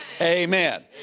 Amen